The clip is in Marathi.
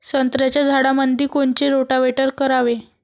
संत्र्याच्या झाडामंदी कोनचे रोटावेटर करावे?